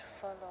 follow